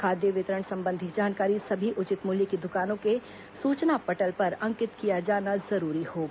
खाद्य वितरण संबंधी जानकारी सभी उचित मूल्य की दुकानों के सूचना पटल पर अंकित किया जाना जरूरी होगा